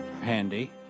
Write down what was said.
Handy